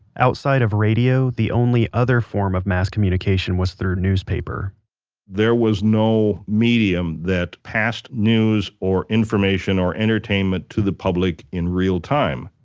outside of radio the only form of mass communication was through newspaper there was no medium that passed news or information or entertainment to the public in real-time,